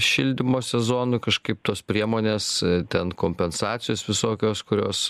šildymo sezonui kažkaip tos priemonės ten kompensacijos visokios kurios